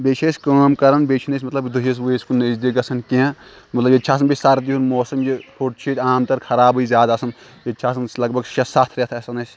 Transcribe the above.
بیٚیہِ چھِ أسۍ کٲم کَران بیٚیہِ چھِنہٕ أسۍ مطلب دُہَس وُہِس کُن نٔزدیٖک گژھان کیٚنٛہہ مطلب ییٚتہِ چھِ آسان بیٚیہِ سردی ہُنٛد موسَم یہِ ہوٚٹ چھُ ییٚتہِ عام تَر خرابٕے زیادٕ آسان ییٚتہِ چھِ آسان اَسہِ لَگ بَگ شےٚ سَتھ رٮ۪تھ آسان اَسہِ